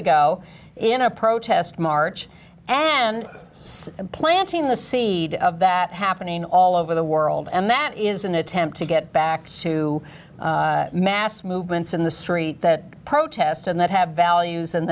ago in a protest march and i'm planting the seed of that happening all over the world and that it is an attempt to get back to mass movements in the street that protest and that have values and